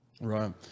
right